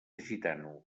gitano